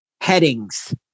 headings